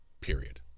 Period